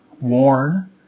Worn